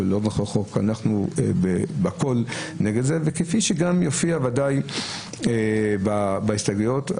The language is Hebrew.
כפי שגם יופיע בוודאי בהסתייגויות.